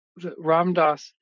Ramdas